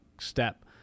step